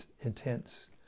intense